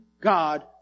God